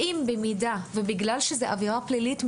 בגלל שזו עבירה פלילית,